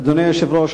אדוני היושב-ראש,